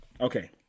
Okay